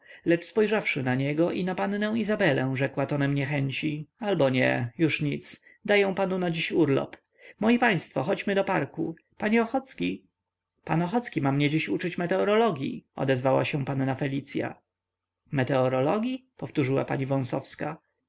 lecz spojrzawszy na niego i na pannę izabelę rzekła tonem niechęci albo nie już nic daję panu na dziś urlop moi państwo chodźmy do parku panie ochocki pan ochocki ma mnie dziś uczyć meteorologii odezwała się panna felicya meteorologii powtórzyła pani